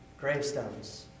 gravestones